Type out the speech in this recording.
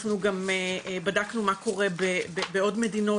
אנחנו בדקנו מה קורה בעוד מדינות,